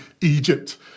Egypt